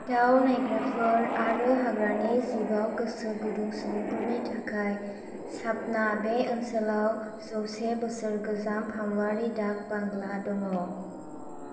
दाव नाइग्राफोर आरो हाग्रानि जिबाव गोसो गुदुं सुबुंफोरनि थाखाय साबना बे ओनसोलाव जौसे बोसोर गोजाम फामुआरि डाक बांग्ला दङ'